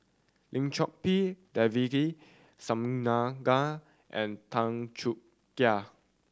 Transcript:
Lim Chor Pee Devagi Sanmugam and Tan Choo Kai